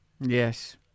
Yes